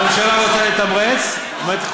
אבל,